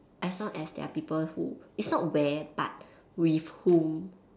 as long as there are people who it's not where but with whom